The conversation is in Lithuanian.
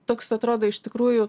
toks atrodo iš tikrųjų